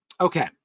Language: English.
Okay